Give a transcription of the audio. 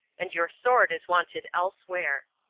and your sword is wanted elsewhere.